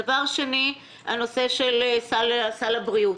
דבר שני, הנושא של סל הבריאות.